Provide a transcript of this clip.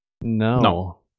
No